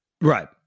Right